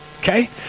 okay